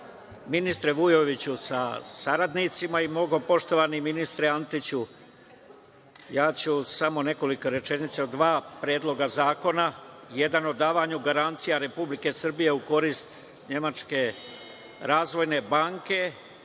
ministre Vujoviću sa saradnicima i mnogopoštovani ministre Antiću, ja ću samo nekoliko rečenica o dva predloga zakona. Jedan, o davanju garancija Republike Srbije u korist Nemačke razvojne banke